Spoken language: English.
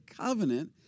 covenant